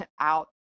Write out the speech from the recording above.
out